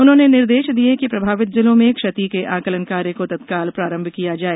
उन्होंने निर्देश दिए कि प्रभावित जिलों में क्षति के आकलन कार्य को तत्काल प्रारंभ किया जाए